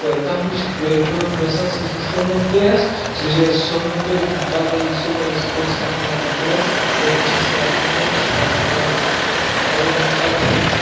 تہٕ تَتھ منٛز چھِ کیٚنٛہہ کٲم گژھان سُہ چھِ سُنت تہِ اَسہِ سُہ چھِ اَسہِ سُنت تہِ پَتہٕ ییٚلہِ صُبحٲے اَسہِ کوٚر سرٛان وان کوٚر تَمہِ پَتہٕ چھِ أسۍ کَران کٲم أسۍ چھِ لاگان پَلو پَلو ییٚمۍ ساتہٕ